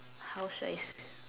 how should I